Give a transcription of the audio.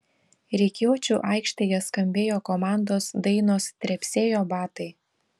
rikiuočių aikštėje skambėjo komandos dainos trepsėjo batai